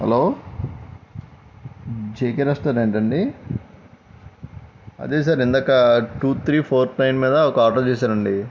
hello JK రెస్టారెంటండి అదే sir ఇందాక టూ త్రి ఫోర్ పైన మీద ఒక ఆర్డర్ చేశానండి